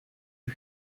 you